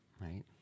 Right